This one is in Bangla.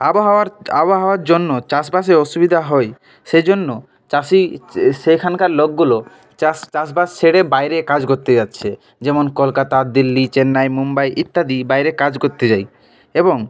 আবহাওয়ার আবহাওয়ার জন্য চাষবাসে অসুবিধা হয় সেই জন্য চাষি সেখানকার লোকগুলো চাষ চাষবাস ছেড়ে বাইরে কাজ করতে যাচ্ছে যেমন কলকাতা দিল্লি চেন্নাই মুম্বাই ইত্যাদি বাইরে কাজ করতে যায় এবং